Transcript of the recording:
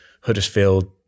Huddersfield